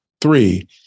three